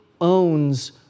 owns